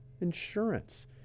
insurance